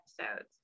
episodes